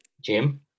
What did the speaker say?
Jim